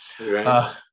right